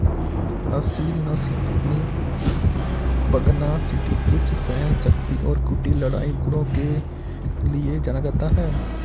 असील नस्ल अपनी पगनासिटी उच्च सहनशक्ति और कुटिल लड़ाई गुणों के लिए जाना जाता है